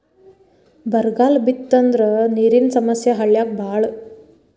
ಬರಗಾಲ ಬಿತ್ತಂದ್ರ ನೇರಿನ ಸಮಸ್ಯೆ ಹಳ್ಳ್ಯಾಗ ಬಾಳ